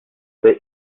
fait